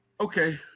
Okay